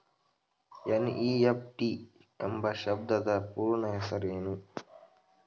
NEFT ಎಂಬ ಶಬ್ದದ ಪೂರ್ಣ ಹೆಸರೇನು?